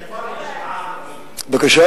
בקליפורניה היו שבעה הרוגים.